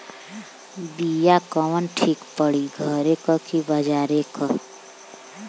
बिया कवन ठीक परी घरे क की बजारे क?